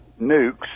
nukes